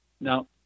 now